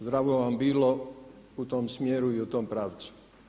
Zdravo vam bilo u tom smjeru i u tom pravcu.